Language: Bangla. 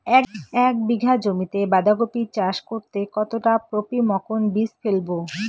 এক বিঘা জমিতে বাধাকপি চাষ করতে কতটা পপ্রীমকন বীজ ফেলবো?